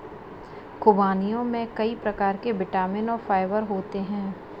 ख़ुबानियों में कई प्रकार के विटामिन और फाइबर होते हैं